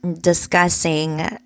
discussing